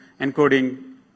Encoding